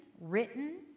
written